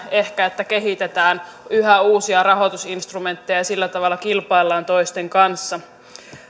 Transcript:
ehkä siinä että kehitetään yhä uusia rahoitusinstrumentteja ja sillä tavalla kilpaillaan toisten kanssa